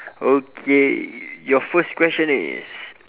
okay your first question is